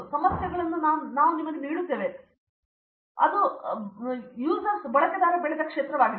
ನೀವು ಸಮಸ್ಯೆಗಳನ್ನು ನಮಗೆ ನೀಡಿದ್ದೇವೆ ಅದು ಬಳಕೆದಾರ ಬೆಳೆದ ಕ್ಷೇತ್ರವಾಗಿದೆ